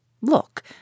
Look